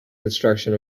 construction